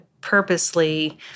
purposely